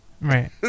Right